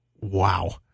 wow